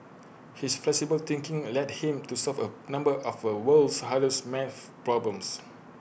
his flexible thinking led him to solve A number of A world's hardest math problems